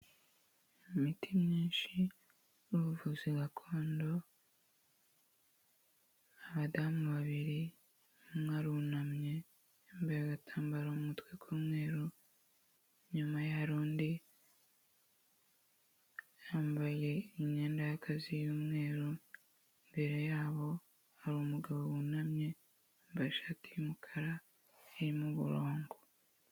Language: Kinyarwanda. Imiti myinshi y'ubuvuzi gakondo, abadamu babiri, umwe arunamye, yambaye agatambaro mu mutwe k'umweru, inyuma ye hari undi, yambaye imyenda y'akazi y'umweru, imbere yabo hari umugabo wunamye, wambaye ishati y'umukara harimo uburongo.